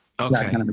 Okay